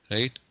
Right